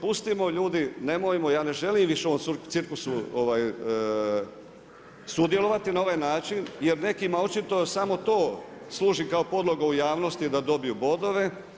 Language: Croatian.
Pustimo ljudi, ja ne želim više u ovom cirkusu sudjelovati na ovaj način jer nekima očito samo to služi kao podloga u javnosti da dobiju bodove.